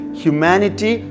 humanity